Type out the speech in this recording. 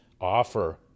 offer